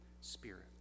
Spirit